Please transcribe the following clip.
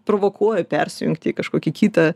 provokuoji persijungti į kažkokį kitą